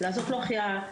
לעשות לו החייאה,